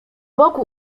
boku